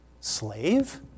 slave